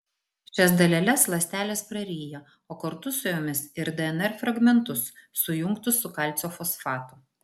šias daleles ląstelės praryja o kartu su jomis ir dnr fragmentus sujungtus su kalcio fosfatu